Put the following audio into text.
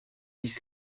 dix